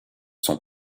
sont